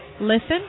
Listen